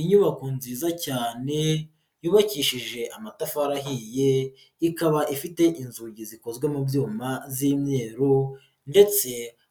Inyubako nziza cyane yubakishije amatafari ahiye ikaba ifite inzugi zikozwe mu byuma z'imyeru ndetse